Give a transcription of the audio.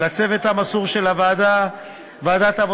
ולצוות המסור של ועדת העבודה,